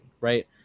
right